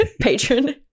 patron